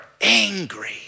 angry